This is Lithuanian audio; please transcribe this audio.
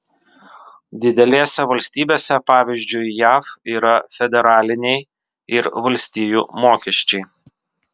didelėse valstybėse pavyzdžiui jav yra federaliniai ir valstijų mokesčiai